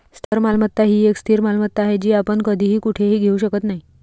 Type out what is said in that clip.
स्थावर मालमत्ता ही एक स्थिर मालमत्ता आहे, जी आपण कधीही कुठेही घेऊ शकत नाही